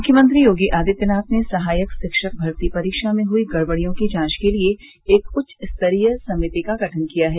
मुख्यमंत्री योगी आदित्यनाथ ने सहायक शिक्षक भर्ती परीक्षा में हुई गड़बड़ियों की जांच के लिए एक उच्चस्तरीय समिति का गठन किया है